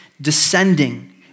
descending